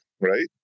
right